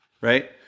right